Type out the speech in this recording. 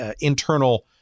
internal